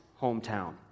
hometown